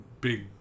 big